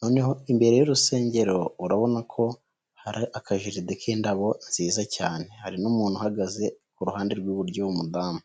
noneho imbere y'urusengero urabona ko hari akajaride k'indabo nziza cyane. Hari n'umuntu uhagaze ku ruhande rw'iburyo w'umudamu.